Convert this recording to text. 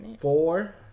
Four